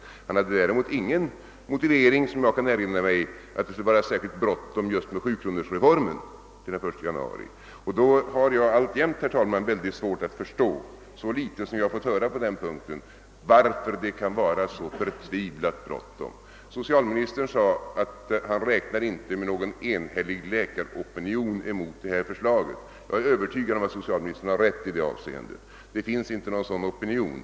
Herr Gustavsson hade däremot ingen motivering som jag kan erinra mig för att det skulle vara särskilt brådskande just med sjukronorsreformen. Därför har jag alltjämt svårt att förstå — så litet som vi har fått höra på den punkten — varför det skall vara så förtvivlat bråttom. Socialministern sade att han inte räknar med någon enhällig läkaropinion mot detta förslag, och jag är övertygad om att han har rätt i det avseendet. Det finns inte någon sådan opinion.